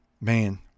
man